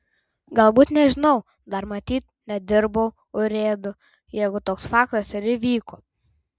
galbūt nežinau dar matyt nedirbau urėdu jeigu toks faktas ir įvyko